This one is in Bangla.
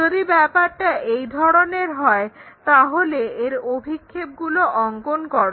যদি ব্যাপারটা এই ধরনের হয় তাহলে এর অভিক্ষেপগুলো অঙ্কন করো